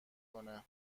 کنه